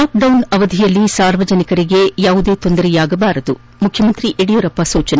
lockdown ಅವಧಿಯಲ್ಲಿ ಸಾರ್ವಜನಿಕರಿಗೆ ಯಾವುದೇ ತೊಂದರೆಯಾಗಬಾರದು ಮುಖ್ಯಮಂತ್ರಿ ಯಡಿಯೂರಪ್ಪ ಸೂಚನೆ